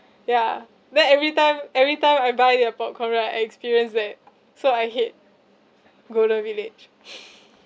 ya then every time every time I buy their popcorn right I experience that so I hate golden village